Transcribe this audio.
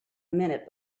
minute